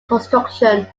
construction